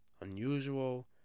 unusual